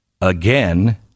Again